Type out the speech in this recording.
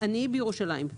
בירושלים.